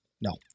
No